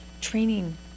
training